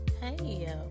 Hey